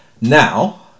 Now